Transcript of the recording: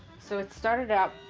so it started out,